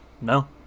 no